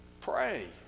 Pray